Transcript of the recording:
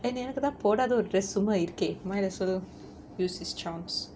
then எனக்கு தான் போடாத ஒரு:enakku than podathaa oru dress சும்மா இருக்கே:summa irukkae must as well use his charms